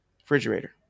refrigerator